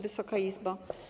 Wysoka Izbo!